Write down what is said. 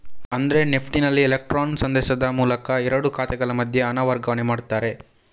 ಅಂದ್ರೆ ನೆಫ್ಟಿನಲ್ಲಿ ಇಲೆಕ್ಟ್ರಾನ್ ಸಂದೇಶದ ಮೂಲಕ ಎರಡು ಖಾತೆಗಳ ಮಧ್ಯೆ ಹಣ ವರ್ಗಾವಣೆ ಮಾಡ್ತಾರೆ